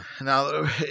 Now